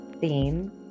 theme